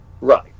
Right